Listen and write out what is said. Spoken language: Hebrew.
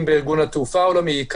אם בארגון התעופה העולמי,